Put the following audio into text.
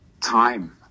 time